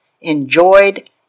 enjoyed